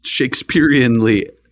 Shakespeareanly